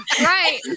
right